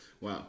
Wow